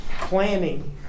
planning